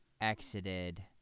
exited